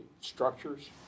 structures